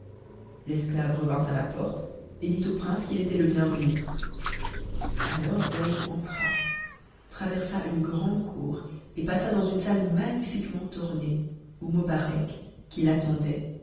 l'esclave revint à la porte et dit au prince qu'il était le bienvenu alors zeyn entra traversa une grande cour et passa dans une salle magnifiquement ornée où mobarec qui l'attendait